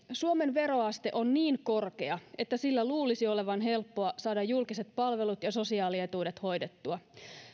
suomen veroaste on niin korkea että sillä luulisi olevan helppoa saada julkiset palvelut ja sosiaalietuudet hoidettua